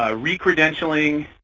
ah re-credentialing,